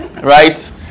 Right